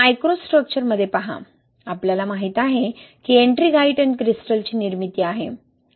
मायक्रोस्ट्रक्चरमध्ये पहा आपल्याला माहित आहे की एट्रिंगाइट आणि क्रिस्टलची निर्मिती आहे